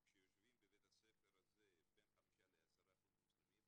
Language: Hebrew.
כשיושבים בבית הספר הזה בין 5% ל-10% מוסלמים,